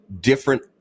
different